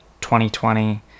2020